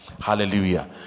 Hallelujah